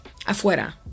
afuera